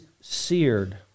seared